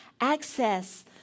access